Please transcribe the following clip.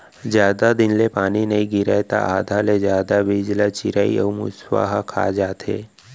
जादा दिन ले पानी नइ गिरय त आधा ले जादा बीजा ल चिरई अउ मूसवा ह खा जाथे